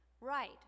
Right